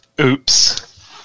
Oops